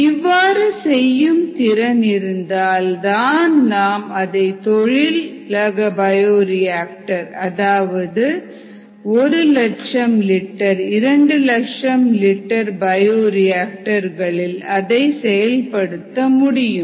இவ்வாறு செய்யும் திறன் இருந்தால் தான் நாம் அதை தொழிலக பயோரிஆக்டர் அதாவது ஒரு லட்சம் லிட்டர் 2 லட்சம் லிட்டர் பயோரியாஆக்டர் களில் அதை செயல்படுத்த முடியும்